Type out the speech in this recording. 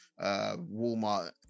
Walmart